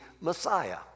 Messiah